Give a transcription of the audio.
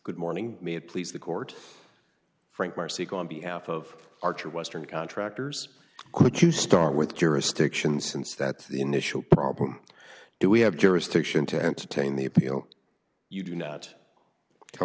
good morning may it please the court frank marsico on behalf of archer western contractors could you start with jurisdiction since that initial problem do we have jurisdiction to entertain the appeal you do not tell